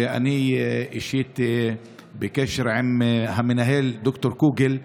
ואני אישית בקשר עם המנהל, ד"ר קוגל.